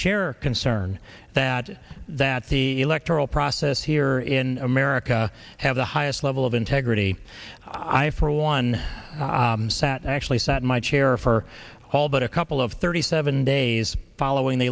share our concern that that the electoral process here in america have the highest level of integrity i for one sat actually sat in my chair for all but a couple of thirty seven days following the